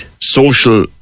social